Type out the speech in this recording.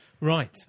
Right